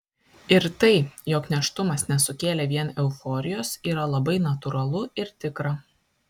ir tai jog nėštumas nesukėlė vien euforijos yra labai natūralu ir tikra